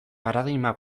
paradigma